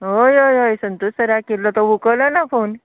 हय हय हय संतोश सराक केल्लो तो उखलना फोन